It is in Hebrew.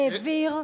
העביר,